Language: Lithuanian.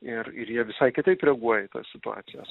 ir ir jie visai kitaip reaguoja į tas situacijas